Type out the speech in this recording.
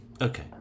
Okay